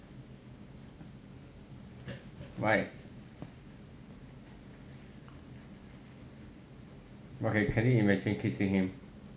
why okay can you imagine kissing him